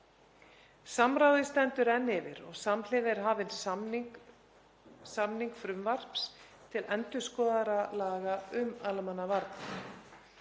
Samráðið stendur enn yfir og samhliða er hafin samning frumvarps til endurskoðaðra laga um almannavarnir.